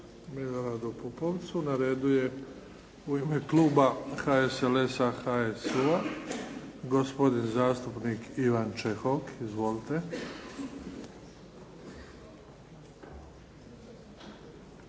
Miloradu Pupovcu. Na redu je u ime kluba HSLS-HSU-a gospodin zastupnik Ivan Čehok. Izvolite.